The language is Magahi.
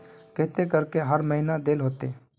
केते करके हर महीना देल होते?